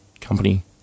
company